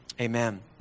amen